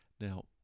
Now